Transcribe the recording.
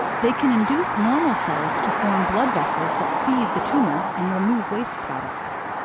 they can induce normal cells to form blood vessels that feed the tumor and remove waste products.